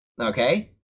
Okay